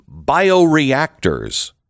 bioreactors